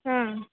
हा